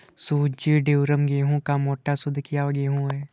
सूजी ड्यूरम गेहूं का मोटा, शुद्ध किया हुआ गेहूं है